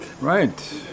Right